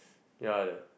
ya